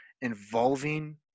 involving